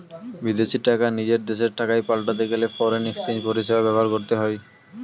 বিদেশী টাকা নিজের দেশের টাকায় পাল্টাতে গেলে ফরেন এক্সচেঞ্জ পরিষেবা ব্যবহার করতে হয়